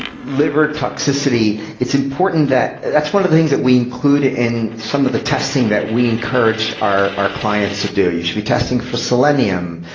liver toxicity, it's important that that's one of the things that we include in some of the testing that we encourage our our clients to do. you should be testing for selenium,